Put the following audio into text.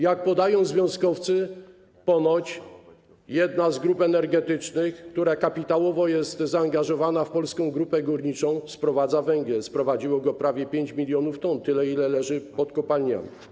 Jak podają związkowcy, ponoć jedna z grup energetycznych, która kapitałowo jest zaangażowana w Polską Grupę Górniczą, sprowadza węgiel, sprowadziła go prawie 5 mln t, tyle ile leży pod kopalniami.